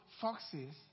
foxes